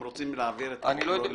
הם רוצים להעביר את החוק.